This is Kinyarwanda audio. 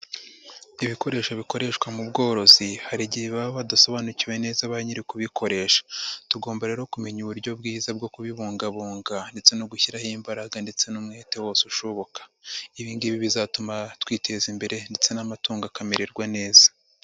Ibikoresho bikoreshwa mu bworozi hari igihe baba badasobanukiwe neza ba nyiri ukubikoresha. Tugomba rero kumenya uburyo bwiza bwo kubibungabunga ndetse no gushyiraho imbaraga ndetse n'umwete wose ushoboka. Ibi ngibi bizatuma twiteza imbere ndetse n'amatungo akamererwa neza.